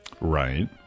Right